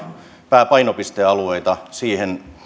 pääpainopistealueita